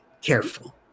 careful